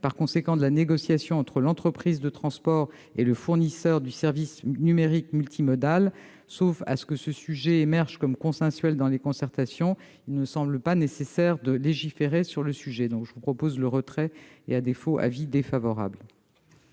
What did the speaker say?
par conséquent de la négociation entre l'entreprise de transport et le fournisseur du service numérique multimodal. Sauf à ce que ce sujet émerge comme consensuel dans les concertations, il ne semble pas nécessaire de légiférer. Je demande également le retrait de ces amendements ; à défaut, l'avis serait défavorable.